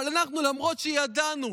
אבל אנחנו, למרות שידענו